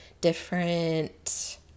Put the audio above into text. different